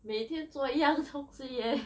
每天做一样东西 leh